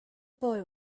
boy